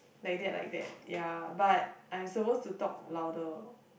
like that like that ya but I'm suppose to talk louder